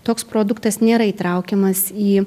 toks produktas nėra įtraukiamas į